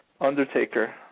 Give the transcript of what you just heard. Undertaker